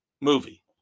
movie